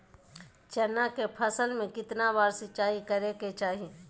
चना के फसल में कितना बार सिंचाई करें के चाहि?